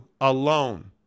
alone